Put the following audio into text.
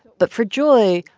but for joy,